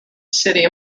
city